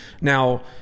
Now